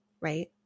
right